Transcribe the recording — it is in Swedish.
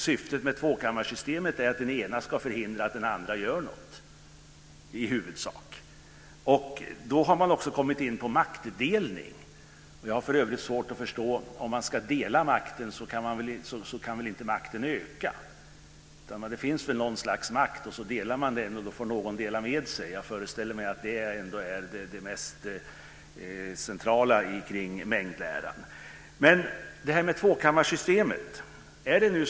Syftet med tvåkammarsystemet är att den ena kammaren ska förhindra att den andra gör något - i huvudsak. Då har man också kommit in på maktdelning. Jag har för övrigt svårt att förstå detta: Om man ska dela makten så kan väl inte makten öka? Det finns väl något slags makt, och så delar man den, och då får någon dela med sig. Jag föreställer mig att det är det mest centrala i mängdläran. Så till frågan om tvåkammarsystemet.